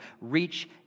reach